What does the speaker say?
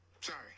sorry